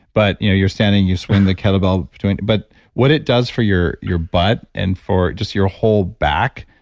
but you know you're standing, you swing the kettlebell between. but what it does for your your butt and for just your whole back,